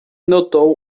notou